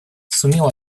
сумела